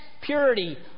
purity